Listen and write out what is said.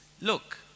Look